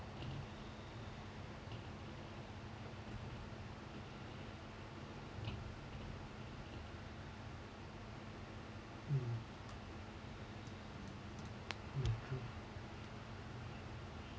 mm mm